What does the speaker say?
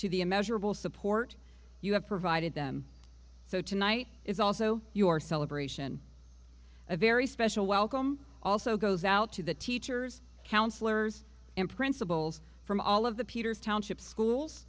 to the a measurable support you have provided them so tonight is also your celebration a very special welcome also goes out to the teachers counselors and principals from all of the peters township schools